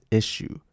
issue